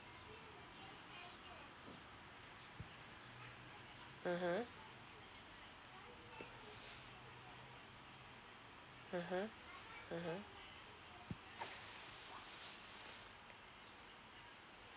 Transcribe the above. (uh huh) (uh huh) (uh huh)